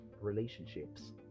relationships